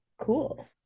cool